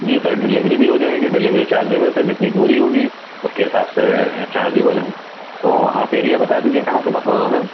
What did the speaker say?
جی sir delivery بھی ہو جائے گی ڈلیوری چارج جو ہے سر جتنی دوری ہوگی اُس کے حساب سے چارجیبل ہے تو آپ ایریا بتا دیجیے کہاں پہ ہے